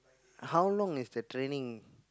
how long is the training